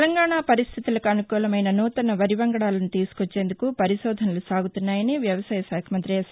తెలంగాణ పరిస్టితులకు అనుకూలమైన నూతన వరి వంగడాలను తీసుకొచ్చేందుకు పరిశోధనలు సాగుతున్నాయని వ్యవసాయశాఖ మంతి ఎస్